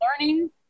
learning